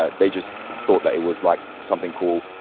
ah they just thought that it was, like, something cool,